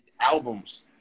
albums